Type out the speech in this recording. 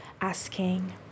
asking